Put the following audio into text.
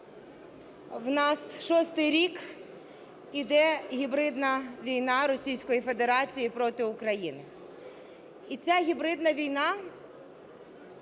в нас шостий рік іде гібридна війна Російської Федерації проти України, і ця гібридна війна